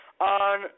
on